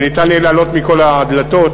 שניתן יהיה לעלות מכל הדלתות,